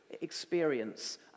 experience